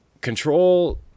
Control